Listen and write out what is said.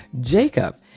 Jacob